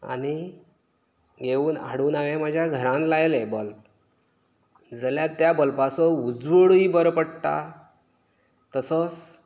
आनी घेवून हाडून हांवें म्हाज्या घरांत लायले बल्ब जाल्यार त्या बल्बाचो उजवाडूय बरो पडटा तसोस